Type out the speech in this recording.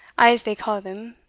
as they ca' them,